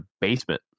basement